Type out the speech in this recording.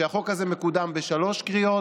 כשהחוק הזה מקודם בשלוש קריאות,